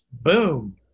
Boom